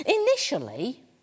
Initially